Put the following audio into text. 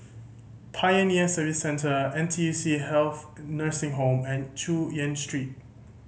Pioneer Service Centre N T U C Health Nursing Home and Chu Yen Street